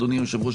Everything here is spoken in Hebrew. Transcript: אדוני היושב-ראש,